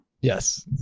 Yes